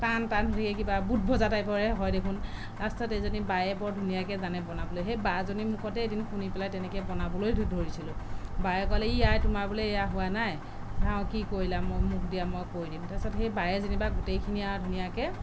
টান টান হৈয়ে কিবা বুট ভজা টাইপৰহে হয় দেখোন তাৰপিছত এজনী বায়ে বৰ ধুনীয়াকৈ জানে বনাবলৈ সেই বাজনীৰ মুখতে এদিন শুনি পেলাই তেনেকৈ বনাবলৈ ধৰিছিলোঁ বায়ে ক'লে ই আই তোমাৰ বোলে এয়া হোৱা নাই চাওঁ কি কৰিলা মোক মোক দিয়া মই কৰি দিম তাৰপিছত সেই বায়ে যেনিবা গোটেইখিনি আৰু ধুনীয়াকৈ